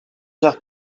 heures